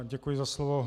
Děkuji za slovo.